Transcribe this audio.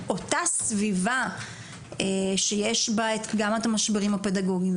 אותה סביבה שיש בה גם את המשברים הפדגוגיים,